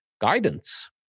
guidance